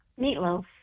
Meatloaf